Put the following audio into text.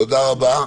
תודה רבה.